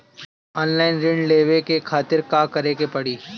Online ऋण लेवे के खातिर का करे के पड़ी?